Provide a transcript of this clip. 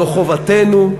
זו חובתנו,